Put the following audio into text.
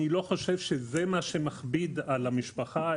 אני לא חושב שזה מה שמכביד על המשפחה,